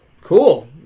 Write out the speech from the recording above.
cool